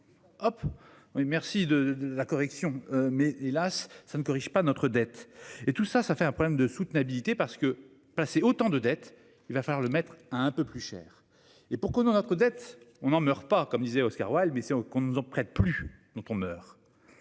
merci de la correction mais hélas ça ne corrige pas notre dette et tout ça ça fait un problème de soutenabilité parce que passer autant de dettes, il va falloir le mettre à un peu plus cher et pourquoi dans notre dette. On n'en meurt pas comme disait Oscar Wilde, mais sait-on qu'on nous on prête plus dont on meurt.